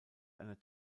einer